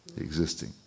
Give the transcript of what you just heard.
Existing